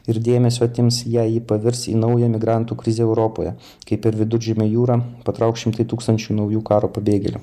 ir dėmesio atims jei ji pavirs į naują migrantų krizę europoje kai per viduržemio jūrą patrauks šimtai tūkstančių naujų karo pabėgėlių